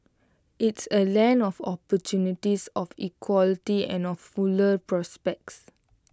it's A land of opportunities of equality and of fuller prospects